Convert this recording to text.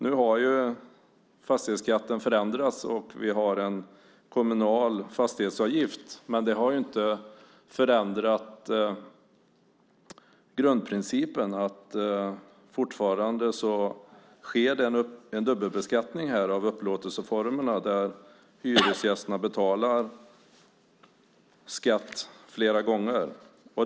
Nu har fastighetsskatten förändrats och i stället har vi en kommunal fastighetsavgift, men det har inte förändrat grundprincipen att det fortfarande sker en dubbelbeskattning av upplåtelseformerna där hyresgästerna betalar skatt flera gånger.